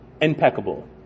impeccable